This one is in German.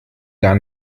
gar